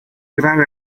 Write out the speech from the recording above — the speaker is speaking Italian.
grave